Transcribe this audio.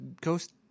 ghost